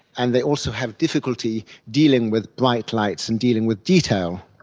and they also have difficulty dealing with bright lights and dealing with detail.